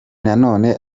nanone